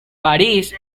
parís